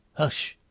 hush!